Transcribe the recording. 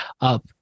up